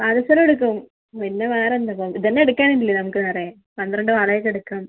പാദസരം എടുക്കും പിന്നെ വേറെയെന്താണ് ഇതുതന്നെ എടുക്കാനില്ലേ നമുക്ക് വേറെ പന്ത്രണ്ട് വളയൊക്കെ എടുക്കാം